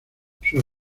sus